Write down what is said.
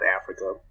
Africa